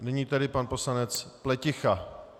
Nyní tedy pan poslanec Pleticha.